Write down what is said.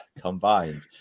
combined